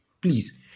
Please